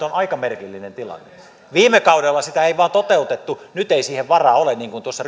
on aika merkillinen tilanne viime kaudella sitä ei vain toteutettu nyt ei siihen varaa ole niin kuin tuossa